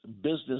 business